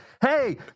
hey